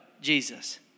Jesus